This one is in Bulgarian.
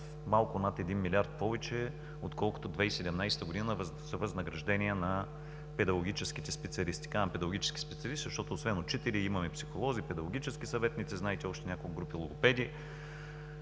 малко над 1 млрд. лв. повече, отколкото през 2017 г. за възнаграждения на педагогическите специалисти. Казвам за педагогическите специалисти, защото освен учители имаме психолози, педагогически съветници, знаете още няколко групи – логопеди,